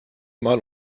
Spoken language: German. mal